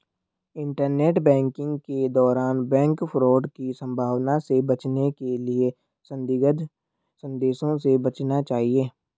internet banking के दौरान bank fraud की संभावना से बचने के लिए संदिग्ध संदेशों से बचना चाहिए